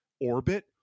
orbit